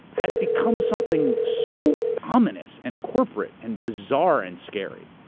has become something so ominous and corporate and bizarre and scary.